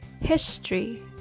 History